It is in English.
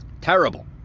Terrible